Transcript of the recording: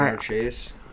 Chase